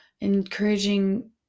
encouraging